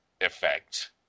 effect